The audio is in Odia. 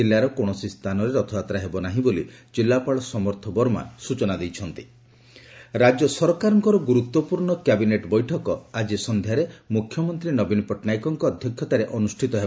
ଜିଲ୍ଲାର କୌଣସି ସ୍ଚାନରେ ରଥଯାତ୍ରା ହେବ ନାହିଁ ବୋଲି ଜିଲ୍ଲାପାଳ ସମର୍ଥ ବର୍ମା ସୂଚନା ଦେଇଛନ୍ତି ରାଜ୍ୟ କ୍ୟାବିନେଟ୍ ରାଜ୍ୟ ସରକାରଙ୍କର ଗୁରୁତ୍ୱପୂର୍ଶ୍ଣ କ୍ୟାବିନେଟ୍ ବୈଠକ ଆଜି ସନ୍ଧ୍ୟାରେ ମୁଖ୍ୟମନ୍ତୀ ନବୀନ ପଟ୍ଟନାୟକଙ୍କ ଅଧ୍ୟକ୍ଷତାରେ ଅନୁଷ୍ଷିତ ହେବ